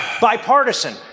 Bipartisan